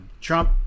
Trump